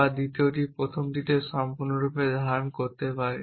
বা দ্বিতীয়টি প্রথমটিতে সম্পূর্ণরূপে ধারণ করতে পারে